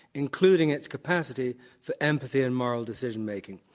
including its capacity for empathy and moral decision making.